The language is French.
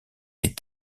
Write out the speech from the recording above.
est